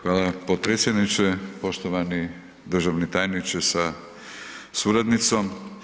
Hvala potpredsjedniče, poštovani državni tajniče sa suradnicom.